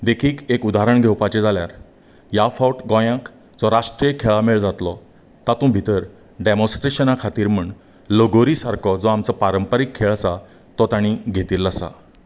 देखीक एक उदाहरण दिवपाचे जाल्यार ह्या फावट गोयांत जो राष्ट्रीय खेळा मेळ जातलो तांतू भितर डेमोनस्ट्रेशना खातीर म्हण लगोरी सारको जो आमचो पारंपारीक खेळ आसा तो तांणी घेतिल्लो आसा